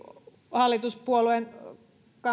hallituspuolueen